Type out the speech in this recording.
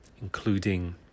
including